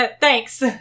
Thanks